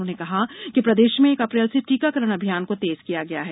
उन्होंने कहा कि प्रदेश में एक अप्रैल से टीकाकरण अभियान को तेज किया गया है